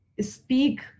speak